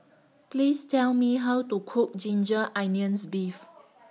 Please Tell Me How to Cook Ginger Onions Beef